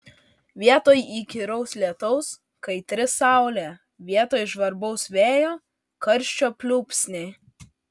vietoj įkyraus lietaus kaitri saulė vietoj žvarbaus vėjo karščio pliūpsniai